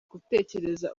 gutekereza